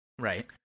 Right